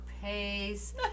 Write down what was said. pace